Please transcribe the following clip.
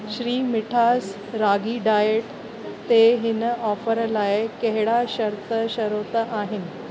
Shrimithas ragi diet ते हिन offer लाइ कहिड़ा शर्त शरोत आहिनि